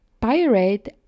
pirate